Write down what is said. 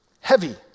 Heavy